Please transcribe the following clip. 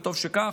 וטוב שכך.